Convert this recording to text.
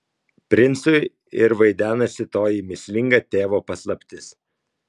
princui ir vaidenasi toji mįslinga tėvo paslaptis